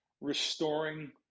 restoring